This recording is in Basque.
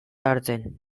hartzen